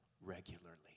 regularly